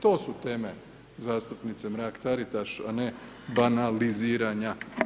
To su teme zastupnice Mrak Taritaš, a ne banaliziranja.